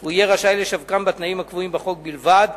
הוא יהיה רשאי לשווקם בתנאים הקבועים בחוק בלבד.